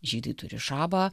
žydai turi šabą